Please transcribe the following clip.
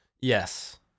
Yes